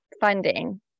funding